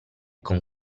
con